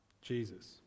Jesus